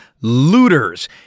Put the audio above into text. Looters